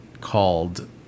called